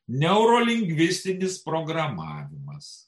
neurolingvistinis programavimas